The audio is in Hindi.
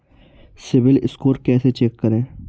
सिबिल स्कोर कैसे चेक करें?